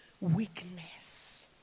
Weakness